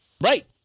Right